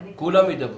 כולם ידברו.